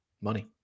money